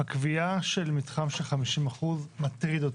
הקביעה של מתחם של 50% מטריד אותי.